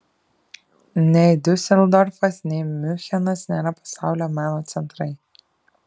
nei diuseldorfas nei miunchenas nėra pasaulio meno centrai